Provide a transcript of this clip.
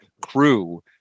crew